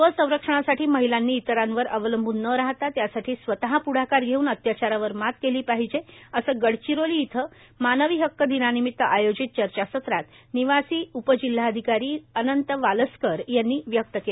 स्वसंरक्षणासाठी महिलांनी इतरांवर अवलंबून न राहता त्यासाठी स्वतः प्ढाकार घेवून अत्याचारावर मात केली पाहिजे असं गडचिरोली इथं मानवी हक्क दिनानिमित्त आयोजित चर्चासत्रात निवासी उपजिल्हाधिकारी अनंत वालस्कर यांनी वक्तव्य केले